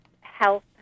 health